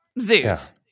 zoos